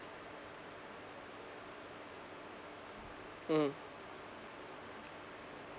mmhmm